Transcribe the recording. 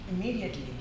immediately